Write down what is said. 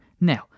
Now